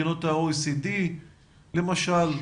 מדינות ה-OECD למשל?